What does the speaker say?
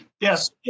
yes